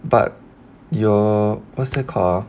but your what's that called ah